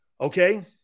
Okay